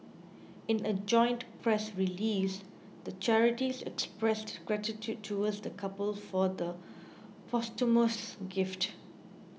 in a joint press release the charities expressed gratitude towards the couple for the posthumous gift